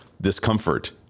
discomfort